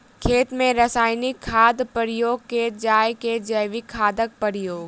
खेत मे रासायनिक खादक प्रयोग कैल जाय की जैविक खादक प्रयोग?